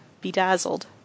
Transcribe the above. Bedazzled